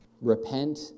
Repent